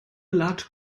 large